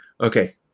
Okay